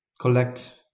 collect